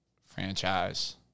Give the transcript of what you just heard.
franchise